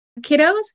kiddos